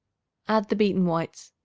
add the beaten whites.